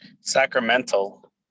Sacramental